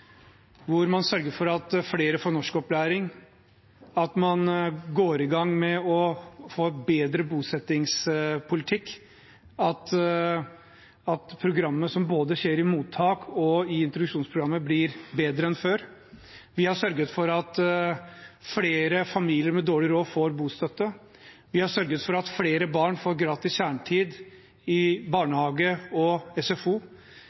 man sørger for at flere får norskopplæring, man går i gang med å få en bedre bosettingspolitikk, og både introduksjonsprogrammet og programmet som skjer i mottak, blir bedre enn før. Vi har sørget for at flere familier med dårlig råd får bostøtte. Vi har sørget for at flere barn får gratis kjernetid i barnehage og SFO.